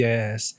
Yes